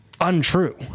untrue